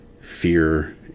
fear